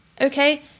okay